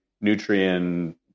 nutrient